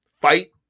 fight